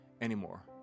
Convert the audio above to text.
anymore